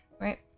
right